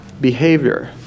behavior